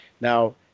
Now